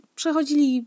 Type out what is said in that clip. przechodzili